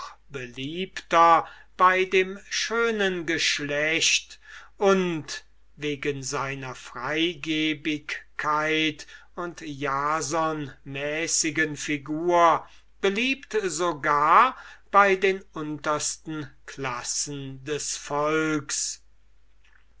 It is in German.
beliebter bei dem schönen geschlecht und wegen seiner freigebigkeit und jasonmäßigen figur beliebt sogar bei den untersten classen des volks